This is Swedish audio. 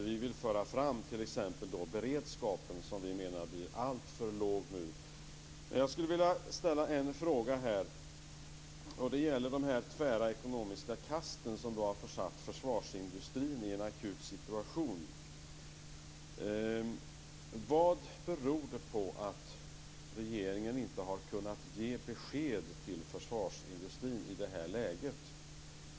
Vi vill föra fram t.ex. beredskapen som vi anser blir alltför låg nu. Jag vill ställa en fråga om de tvära ekonomiska kast som har försatt försvarsindustrin i en akut situation. Vad beror det på att regeringen inte har kunnat ge besked till försvarsindustrin i det här läget?